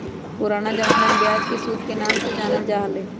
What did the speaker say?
पुराना जमाना में ब्याज के सूद के नाम से जानल जा हलय